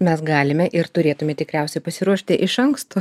mes galime ir turėtume tikriausiai pasiruošti iš anksto